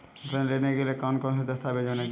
ऋण लेने के लिए कौन कौन से दस्तावेज होने चाहिए?